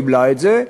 והיא לא קיבלה את זה.